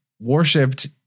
worshipped